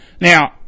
Now